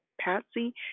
patsy